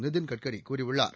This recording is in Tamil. நிதின் கட்கரி கூறியுள்ளார்